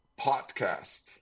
podcast